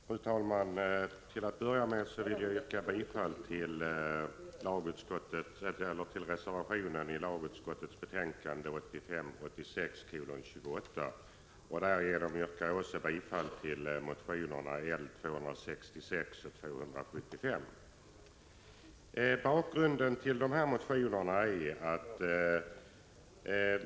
Fru talman! Till att börja med vill jag yrka bifall till reservationen i lagutskottets betänkande 1985/86:28. Därmed yrkar jag också bifall till motionerna L266 och L275. Bakgrunden till dessa motioner är följande.